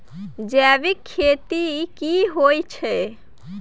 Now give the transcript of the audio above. जैविक खेती की होए छै?